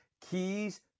keys